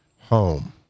home